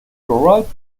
chorale